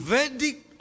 verdict